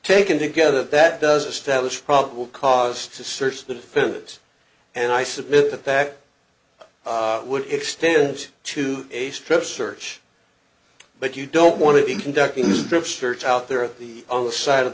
taken together that does establish probable cause to search the fence and i submit that would extend to a strip search but you don't want to be conducting a strip search out there of the on the side of